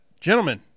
gentlemen